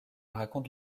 raconte